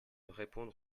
répondre